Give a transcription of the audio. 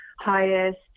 highest